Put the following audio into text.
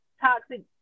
toxic